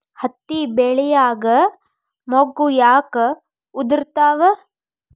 ಹತ್ತಿ ಬೆಳಿಯಾಗ ಮೊಗ್ಗು ಯಾಕ್ ಉದುರುತಾವ್?